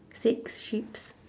six sheeps